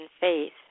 faith